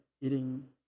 eating